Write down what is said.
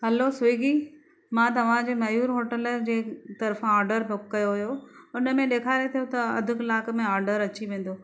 hello Swiggy मां तव्हांजे Mayur hotel जे तरिफ़ा ऑर्डरु बुक कयो हुयो हुन में ॾेखारे पियो त अधि कलाक में ऑर्डरु अची वेंदो